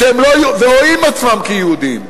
שהם לא, ורואים את עצמם כיהודים,